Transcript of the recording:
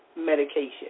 medication